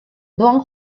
doan